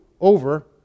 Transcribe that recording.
over